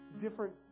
different